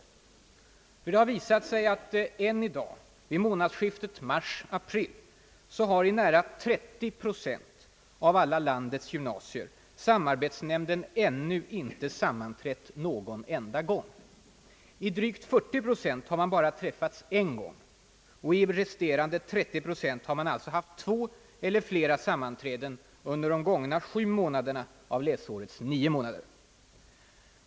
Det har nämligen visat sig att än i dag, vid månadsskiftet mars—april, har vid nära 30 procent av landets gymnasier samarbetsnämnden ännu inte sammanträtt någon enda gång. I drygt 40 procent har man bara träffats en gång. I resterande 30 procent har man alltså haft två eller flera sammanträden under de gångna sju månaderna av läsårets nio månader.